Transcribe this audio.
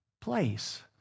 place